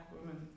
women